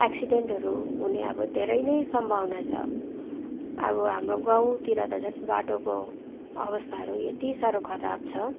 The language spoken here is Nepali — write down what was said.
एक्सिडेन्टहरू हुने अब धेरै नै सम्भावना छ अब हाम्रो गाउँतिर त झन् बाटोको अवस्थाहरू यति साह्रो खराब छ